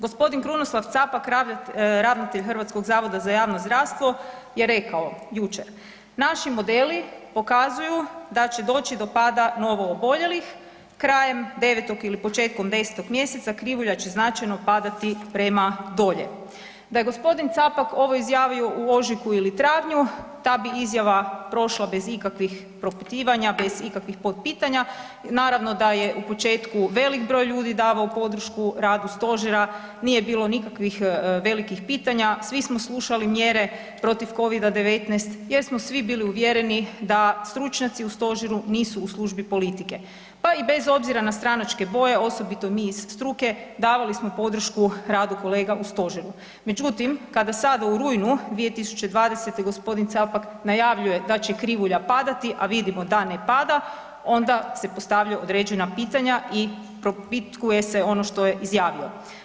G. Krunoslav Capak, ravnatelj HZJZ-a je rekao jučer „naši modeli pokazuju da će doći do pada novooboljelih krajem devetog ili početkom desetog mjeseca krivulja će značajno padati prema dolje“, da je gospodin Capak ovo izjavio u ožujku ili travnju, ta bi izjava prošla bez ikakvih propitivanja, bez ikakvih potpitanja, naravno da je u početku velik broj ljudi davao podršku radu Stožera, nije bilo nikakvih velikih pitanja, svi smo slušali mjere protiv Covida-19 jer smo svi bili uvjereni da stručnjaci u Stožeru nisu u službi politike, pa i bez obzira na stranačke boje, osobito mi iz struke, davali smo podršku radu kolega u Stožeru, međutim kada sada u rujnu 2020.-te gospodin Capak najavljuje da će krivulja padati, a vidimo da ne pada, onda se postavljaju određena pitanja i propitkuje se ono što je izjavio.